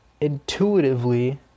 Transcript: intuitively